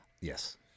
Yes